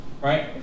right